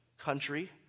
country